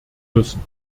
müssen